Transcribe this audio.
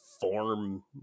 form